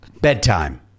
Bedtime